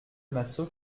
massot